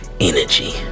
energy